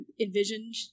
envisioned